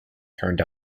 turned